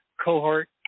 cohort